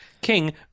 king